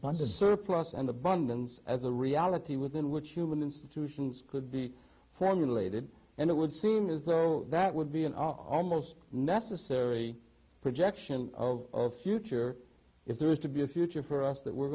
bunch of surplus and abundance as a reality within which human institutions could be formulated and it would seem as though that would be an almost necessary projection of future if there is to be a future for us that we're